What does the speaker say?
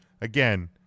Again